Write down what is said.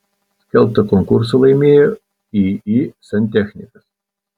skelbtą konkursą laimėjo iį santechnikas